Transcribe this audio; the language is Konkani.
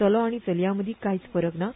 चलो आनी चलयांमदी कांयच फरक ना